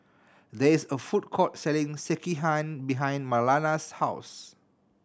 there is a food court selling Sekihan behind Marlana's house